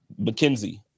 McKenzie